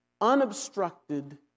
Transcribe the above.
unobstructed